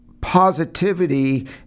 positivity